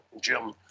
Jim